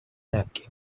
napkin